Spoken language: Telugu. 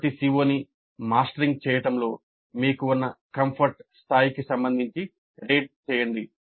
ప్రతి CO ని మాస్టరింగ్ చేయడంలో మీకు ఉన్న కంఫర్ట్ స్థాయికి సంబంధించి రేట్ చేయండి